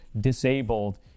disabled